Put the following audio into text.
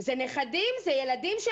זה נכדים, זה ילדים,